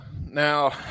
Now